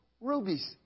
Rubies